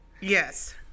yes